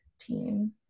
team